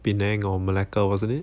Penang or Malacca wasn't it